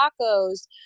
tacos